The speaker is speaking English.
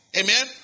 amen